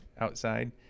outside